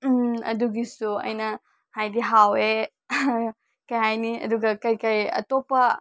ꯑꯗꯨꯒꯤꯁꯨ ꯑꯩꯅ ꯍꯥꯏꯗꯤ ꯍꯥꯎꯑꯦ ꯀꯩ ꯍꯥꯏꯅꯤ ꯑꯗꯨꯒ ꯀꯩ ꯀꯩ ꯑꯇꯣꯞꯄ